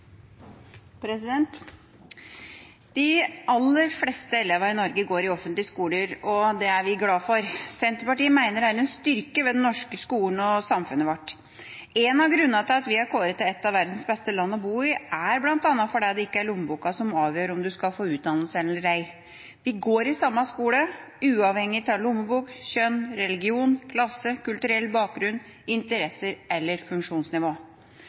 fag. De aller fleste elevene i Norge går i offentlige skoler, og det er vi glade for. Senterpartiet mener det er en styrke ved den norske skolen og samfunnet vårt. En av grunnene til at vi er kåret til et av verdens beste land å bo i, er at det ikke er lommeboka som avgjør om man skal få utdannelse eller ei. Vi går i samme skole, uavhengig av lommebok, kjønn, religion, klasse, kulturell bakgrunn, interesser og funksjonsnivå.